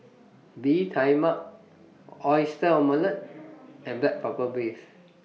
Bee Tai Mak Oyster Omelette and Black Pepper Beef